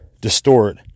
distort